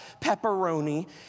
pepperoni